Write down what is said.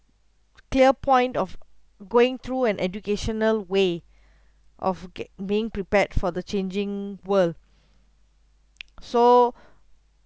clear point of going through an educational way of ge~ being prepared for the changing world so